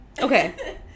Okay